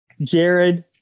Jared